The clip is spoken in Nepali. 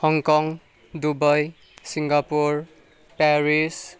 Hong Kong Dubai Singapore Paris